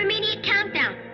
immediate countdown.